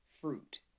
fruit